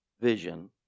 vision